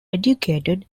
educated